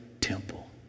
temple